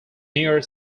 near